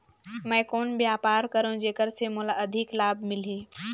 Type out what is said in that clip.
मैं कौन व्यापार करो जेकर से मोला अधिक लाभ मिलही?